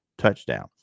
touchdown